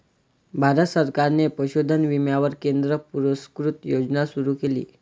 भारत सरकारने पशुधन विम्यावर केंद्र पुरस्कृत योजना सुरू केली